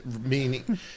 meaning